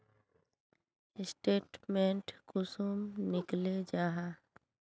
Statement कुंसम निकले जाहा?